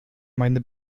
meine